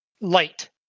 Light